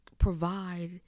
provide